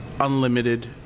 unlimited